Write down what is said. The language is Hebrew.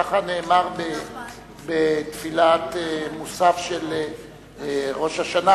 ככה נאמר בתפילת מוסף של ראש השנה,